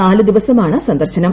നാല് ദിവസമാണ് സന്ദർശനം